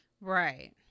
Right